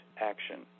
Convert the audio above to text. action